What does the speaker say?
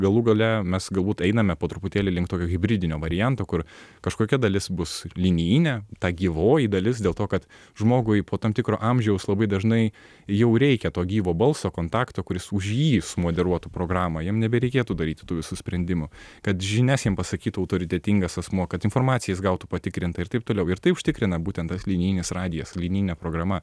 galų gale mes galbūt einame po truputėlį link tokio hibridinio varianto kur kažkokia dalis bus linijinė ta gyvoji dalis dėl to kad žmogui po tam tikro amžiaus labai dažnai jau reikia to gyvo balso kontakto kuris už jį moderuotų programą jam nebereikėtų daryti tų visų sprendimų kad žinias jam pasakytų autoritetingas asmuo kad informaciją jis gautų patikrintą ir taip toliau ir tai užtikrina būtent tas linijinis radijas linijinė programa